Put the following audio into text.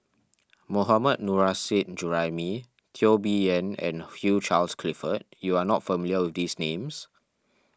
Mohammad Nurrasyid Juraimi Teo Bee Yen and Hugh Charles Clifford you are not familiar with these names